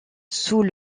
sous